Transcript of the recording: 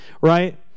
right